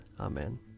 Amen